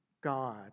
God